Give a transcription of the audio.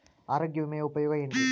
ಆರೋಗ್ಯ ವಿಮೆಯ ಉಪಯೋಗ ಏನ್ರೀ?